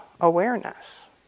awareness